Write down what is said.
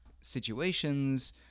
situations